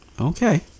Okay